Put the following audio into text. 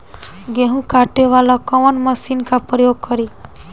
गेहूं काटे ला कवन मशीन का प्रयोग करी?